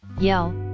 yell